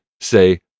say